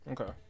Okay